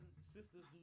sisters